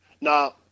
Now